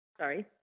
Sorry